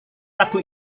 lagu